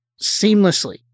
seamlessly